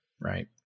right